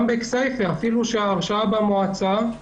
גם בכסייפה, אפילו שההרשאה במועצה,